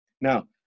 Now